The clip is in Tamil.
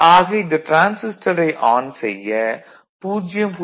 ஆக இந்த டிரான்சிஸ்டரை ஆன் செய்ய 0